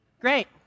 Great